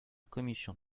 commission